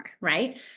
right